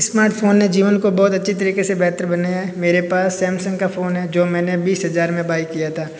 smartphone ने जीवन को बहुत अच्छी तरह से बेहतर बनाया है मेरे पास सैमसंग का फ़ोन है जो मैंने बीस हजार में बाइ किया था